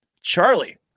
Charlie